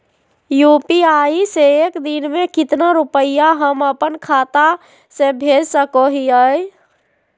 UPI से एक दिन में कितना रुपैया हम अपन खाता से भेज सको हियय?